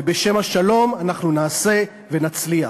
ובשם השלום אנחנו נעשה ונצליח.